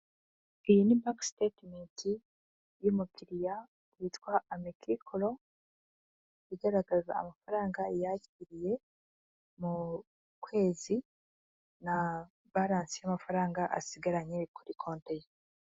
Iyi ni bank statement y'umukiriya witwa AMEKI COLOR, igaragaza amafaranga yakiriye mu kwezi na balance y'amafaranga asigaranye kuri konte ye.